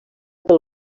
pel